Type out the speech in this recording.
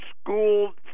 School